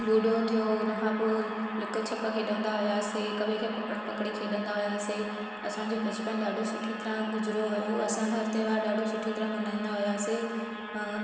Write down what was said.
ludo थियो हुन खां पोइ लिकछिप खेॾंदा हुआसीं हिक ॿिए खे पकड़म पकड़ी खेॾंदा हुआसें असांजो बचपन ॾाढो सुठी तरह गुज़िरो हुओ असां हर त्योहारु ॾाढी सुठी तरह मल्हाईंदा हुआसीं